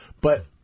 But-